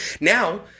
Now